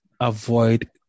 Avoid